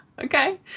Okay